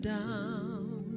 down